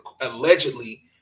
allegedly